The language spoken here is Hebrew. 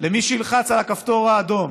למי שילחץ על הכפתור האדום